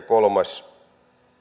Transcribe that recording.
kolmas